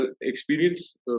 experience